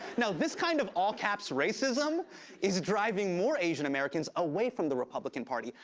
now, this kind of all-caps racism is driving more asian americans away from the republican party,